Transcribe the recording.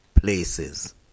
places